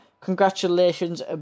Congratulations